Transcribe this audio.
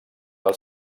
del